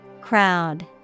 Crowd